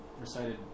recited